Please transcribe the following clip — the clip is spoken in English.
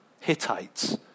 Hittites